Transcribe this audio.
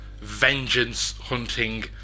vengeance-hunting